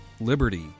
Liberty